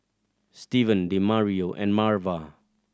Steven Demario and Marva